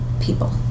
people